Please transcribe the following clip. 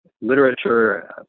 literature